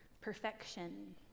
perfection